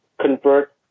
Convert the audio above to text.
convert